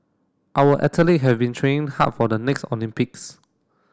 our athlete have been training hard for the next Olympics